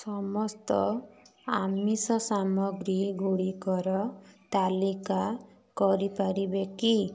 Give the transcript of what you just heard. ସମସ୍ତ ଆମିଷ ସାମଗ୍ରୀ ଗୁଡ଼ିକର ତାଲିକା କରିପାରିବେ କି